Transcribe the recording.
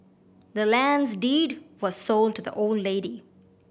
the land's deed was sold to the old lady